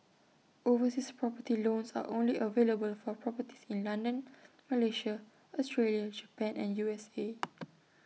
overseas property loans are only available for properties in London Malaysia Australia Japan and U S A